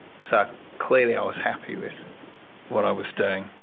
so clearly i was happy with what i was doing,